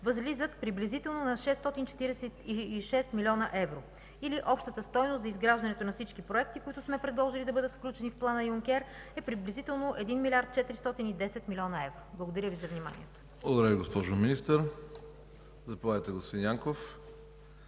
възлиза приблизително на 646 млн. евро. Общата стойност за изграждането на всички проекти, които сме предложили да бъдат включени в Плана Юнкер, е приблизително 1 млрд. 410 млн. евро. Благодаря Ви за вниманието.